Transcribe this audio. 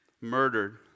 murdered